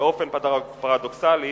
באופן פרדוקסלי,